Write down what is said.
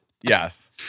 Yes